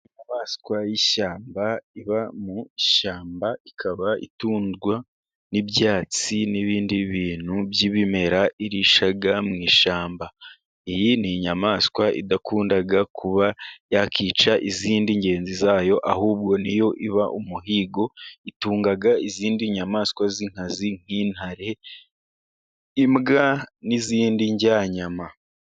Inyamaswa y'ishyamba iba mu ishyamba. Ikaba itunzwe n'ibyatsi n'ibindi bintu by'ibimera irisha mu ishyamba. Iyi ni inyamaswa idakunda kuba yakwica izindi ngenzi zayo, ahubwo ni yo iba umuhigo itunga izindi nyamaswa z'inkazi nk'intare, imbwa n'izindi ndyanyama.